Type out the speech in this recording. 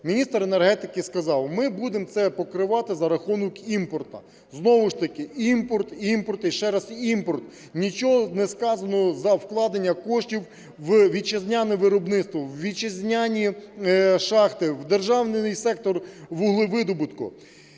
міністр енергетики сказав, ми будемо це покривати за рахунок імпорту. Знову ж таки імпорт, імпорт і ще раз імпорт. Нічого не сказано за вкладення коштів в вітчизняне виробництво, в вітчизняні шахти, в державний сектор вуглевидобутку.